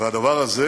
ואת הדבר הזה